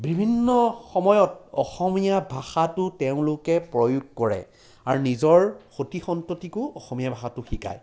বিভিন্ন সময়ত অসমীয়া ভাষাটো তেওঁলোকে প্ৰয়োগ কৰে আৰু নিজৰ সতি সন্ততিকো অসমীয়া ভাষাটো শিকায়